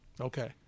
Okay